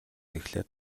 эхлээд